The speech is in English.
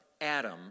Adam